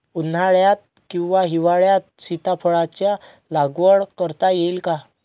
उन्हाळ्यात किंवा हिवाळ्यात सीताफळाच्या लागवड करता येईल का?